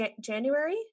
January